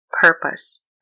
purpose